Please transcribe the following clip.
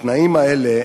בתנאים האלה,